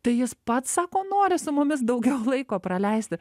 tai jis pats sako nori su mumis daugiau laiko praleisti